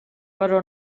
però